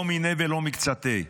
לא מניה ולא מקצתיה.